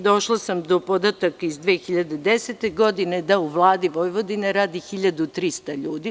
Došla sam do podataka iz 2010. godine da u Vladi Vojvodine radi 1.300 ljudi.